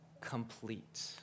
complete